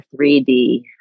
3D